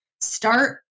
start